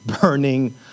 burning